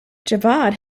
javad